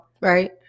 Right